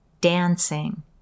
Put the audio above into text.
Dancing